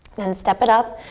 then step it up,